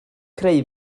creu